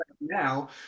now